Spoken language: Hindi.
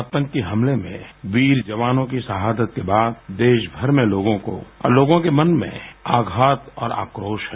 आतंकी हमले में वीर जवानों की शहादत के बाद देशभर में लोगों को और लोगों के मन में आघात और आक्रोश है